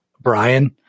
Brian